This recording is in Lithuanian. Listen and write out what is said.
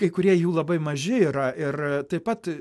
kai kurie jų labai maži yra ir taip pat